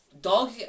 Dog